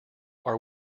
are